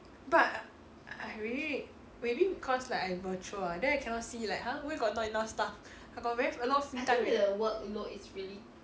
but I really maybe because like I virtual ah then I cannot see like !huh! where got not enough staff I got very a lot of staff you know